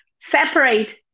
separate